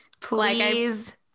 Please